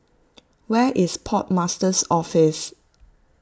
where is Port Master's Office